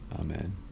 Amen